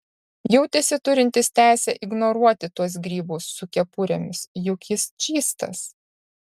jautėsi turintis teisę ignoruoti tuos grybus su kepurėmis juk jis čystas